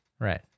Right